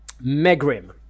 Megrim